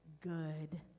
good